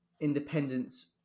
independence